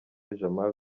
jamal